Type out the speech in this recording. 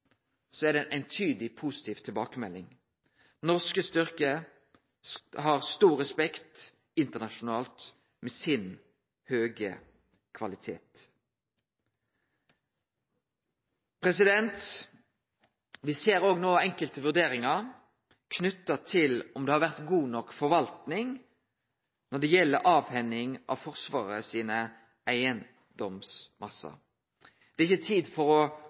så er det ein eintydig positiv tilbakemelding. Norske styrkar nyt stor respekt internasjonalt for sin høge kvalitet. Vi ser òg enkelte vurderingar i samband med om det har vore god nok forvalting når det gjeld avhending av Forsvaret sine eigedomsmassar. Det er ikkje tid for å